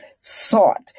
sought